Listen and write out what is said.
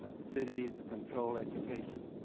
ah cities control education.